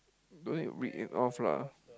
don't need read it off lah